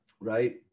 right